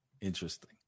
Interesting